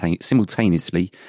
simultaneously